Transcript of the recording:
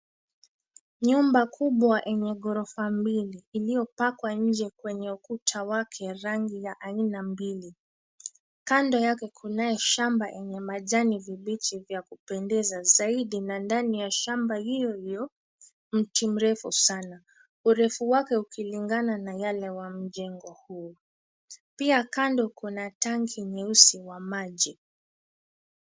Nyumba kubwa enye ghorofa mbili iliyopakwa nje kwenye ukuta wake rangi ya aina mbili. Kando yake kunayo shamba enye majani vibichi vya kupendeza zaidi, na ndani ya shamba hiyo hiyo, mti mrefu sana. Urefu wake ukilingana na yale wa mjengo huu. Pia kando kuna tanki nyeusi wa maji.